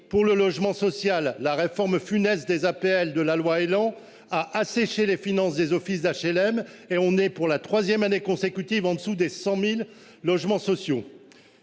pour le logement social, la réforme funeste des APL de la loi élan à assécher les finances des offices d'HLM et on est pour la 3ème année consécutive en dessous des 100.000 logements sociaux.